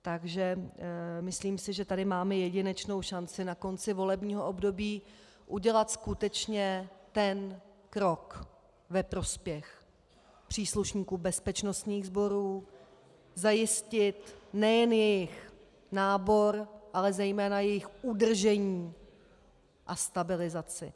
Takže si myslím, že tady máme jedinečnou šanci na konci volebního období udělat skutečně ten krok ve prospěch příslušníků bezpečnostních sborů, zajistit nejen jejich nábor, ale zejména jejich udržení a stabilizaci.